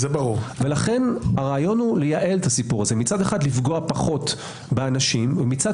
לכן הרעיון הוא לייעל את הסיפור מצד אחד לפגוע פחות באנשים ומצד